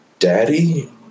Daddy